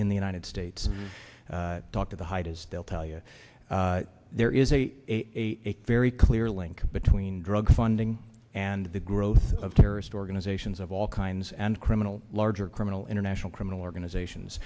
in the united states talk to the height is they'll tell you there is a very clear link between drug funding and the growth of terrorist organizations of all kinds and criminal larger criminal international criminal organizations